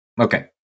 Okay